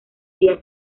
día